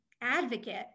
advocate